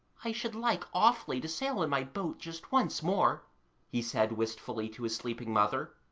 i should like awfully to sail in my boat just once more he said wistfully to his sleeping mother.